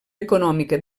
econòmica